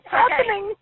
happening